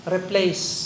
Replace